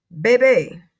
baby